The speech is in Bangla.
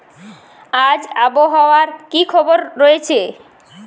আজ আবহাওয়ার কি খবর রয়েছে?